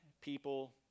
people